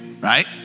right